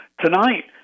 Tonight